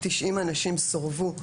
90 אנשים סורבו.